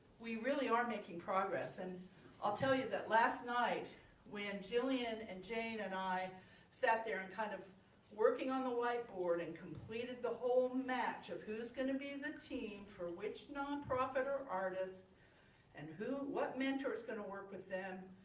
we really are making progress. and i'll tell you that last night when jillian and jayne and i sat there and kind of working on the whiteboard and completed the whole match of who's going to be the team for which nonprofit or artist and who what mentor is going to work with them,